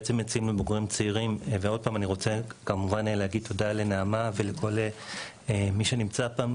אני רוצה להגיד תודה לנעמה ולכל מי שנמצא כאן,